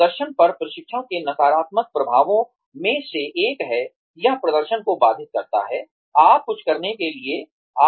प्रदर्शन पर प्रशिक्षण के नकारात्मक प्रभावों में से एक है यह प्रदर्शन को बाधित करता है